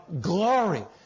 glory